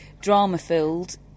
drama-filled